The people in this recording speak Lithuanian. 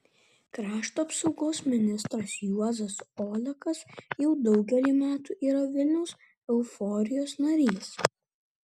krašto apsaugos ministras juozas olekas jau daugelį metų yra vilniaus euforijos narys